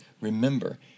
remember